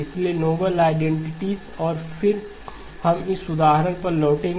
इसलिए novel identities और फिर हम इस उदाहरण पर लौटेंगे